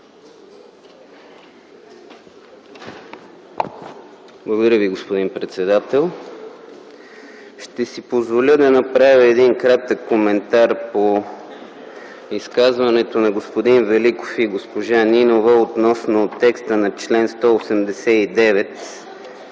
Благодаря Ви, господин председател. Ще си позволя да направя кратък коментар по изказванията на господин Великов и госпожа Нинова относно текста на чл. 189,